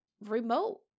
remote